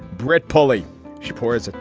brett pulley she paused.